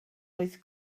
oedd